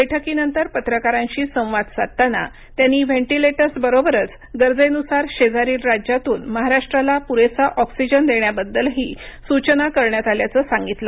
बैठकीनंतर पत्रकारांशी संवाद साधताना त्यांनी व्हेन्टिलेटर्स बरोबरच गरजेनुसार शेजारील राज्यातून महाराष्ट्राला पुरेसा ऑक्सिजन देण्याबद्दलही सूचना करण्यात आल्याचं सांगितलं